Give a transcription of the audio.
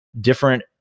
different